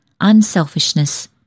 Unselfishness